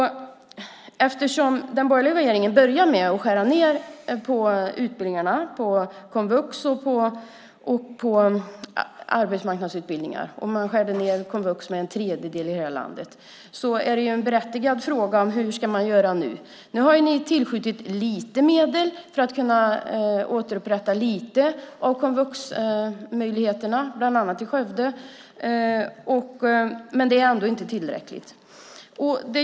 Eftersom den borgerliga regeringen började med att skära ned på utbildningarna på komvux och på arbetsmarknadsutbildningarna - man skar ned komvux med en tredjedel - är det en berättigad fråga hur man ska göra nu. Nu har ni tillskjutit lite medel för att kunna återställa lite av komvuxmöjligheterna, bland annat i Skövde, men det är ändå inte tillräckligt.